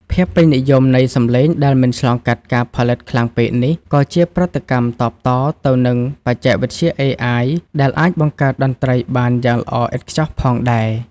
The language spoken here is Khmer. ភាពពេញនិយមនៃសម្លេងដែលមិនឆ្លងកាត់ការផលិតខ្លាំងពេកនេះ ក៏ជាប្រតិកម្មតបតទៅនឹងបច្ចេកវិទ្យា AI ដែលអាចបង្កើតតន្ត្រីបានយ៉ាងល្អឥតខ្ចោះផងដែរ។